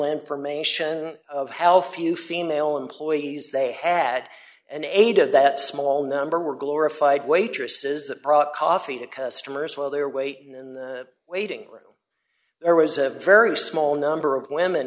information of how few female employees they had an ada that small number were glorified waitresses that brought coffee to customers while their wait in the waiting room there was a very small number of women